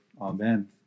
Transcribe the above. Amen